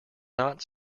not